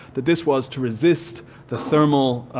that this was to resist the thermal